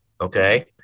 Okay